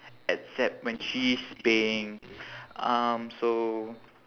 except when she's paying um so